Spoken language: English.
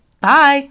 bye